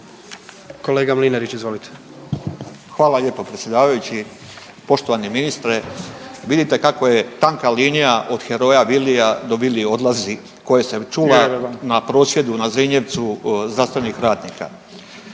**Mlinarić, Stipo (DP)** Hvala lijepo predsjedavajući. Poštovani ministre, vidite kako je tanka linija od heroja Vilija do Vili odlazi koja se čula na prosvjedu na Zrinjevcu zdravstvenih radnika.